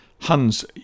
Hans